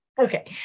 Okay